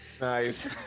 Nice